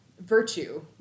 virtue